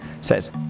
says